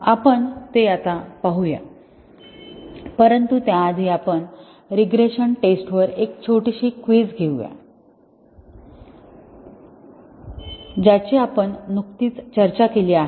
आपण ते आता पाहू या परंतु त्याआधी आपण रीग्रेशन टेस्ट वर एक छोटीशी क्विझ घेऊया ज्याची आपण नुकतीच चर्चा केली आहे